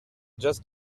just